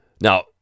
Now